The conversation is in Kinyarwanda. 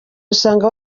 usanga